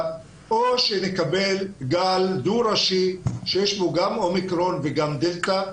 או שנקבל גל דו ראשי שיש בו גם אומיקרון וגם דלתא.